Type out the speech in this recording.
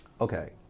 Okay